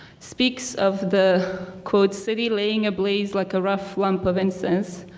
speaks of the quote, city laying ablaze like a rough lump of incense,